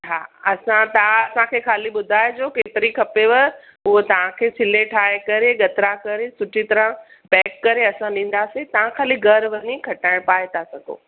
हा असां तव्हां असांखे ख़ाली ॿुधाएजो केतिरी खपेव उहो तव्हांखे छिले ठाए करे जेतिरो करे सुठी तरह पेक करे असां ॾींदासीं तव्हां ख़ाली घरि वञी खटाइण पाए था सघो